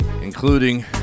including